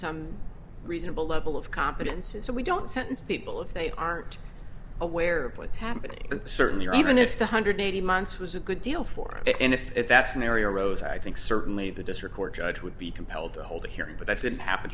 some reasonable level of competence and so we don't sentence people if they aren't aware of what's happening but certainly or even if the hundred eighteen months was a good deal for it and if at that scenario rose i think certainly the district court judge would be compelled to hold a hearing but that didn't happen